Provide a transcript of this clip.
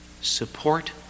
support